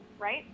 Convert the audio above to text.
right